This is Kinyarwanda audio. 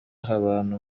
abantu